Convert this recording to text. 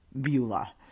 Beulah